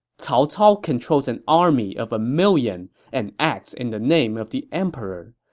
cao cao controls an army of a million and acts in the name of the emperor.